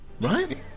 Right